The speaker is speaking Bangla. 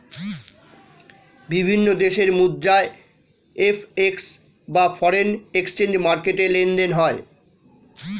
বিভিন্ন দেশের মুদ্রা এফ.এক্স বা ফরেন এক্সচেঞ্জ মার্কেটে লেনদেন হয়